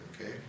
Okay